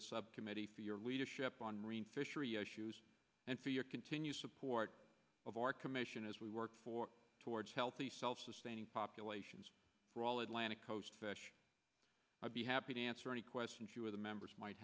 the subcommittee for your leadership on marine fishery issues and for your continued support of our commission as we work for towards healthy self sustaining populations we're all atlantic coast i'd be happy to answer any questions you or the members might